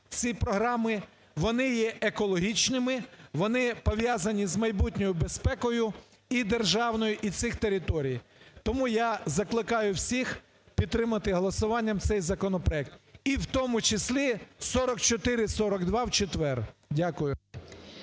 ці програми, вони є екологічними, вони пов'язані з майбутньою безпекою і державною, і всіх територій. Тому я закликаю всіх підтримати голосуванням цей законопроект і у тому числі 4442 в четвер. Дякую.